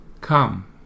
come